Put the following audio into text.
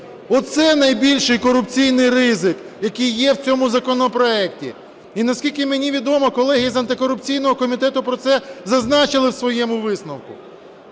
оце найбільший корупційний ризик, який є в цьому законопроекті. І наскільки мені відомо, колеги з антикорупційного комітету про це зазначили у своєму висновку.